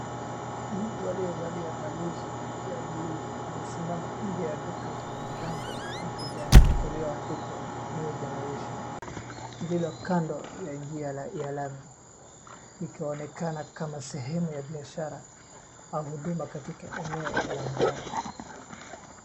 Mtu aliyevalia balozi ya buluu amesimama nje ya duka lenye mlango wa kijani ulioandikwa new generation . Lipo kando ya njia ya lami ikionekana kama sehemu ya biashara au huduma katika eneo la mtaa.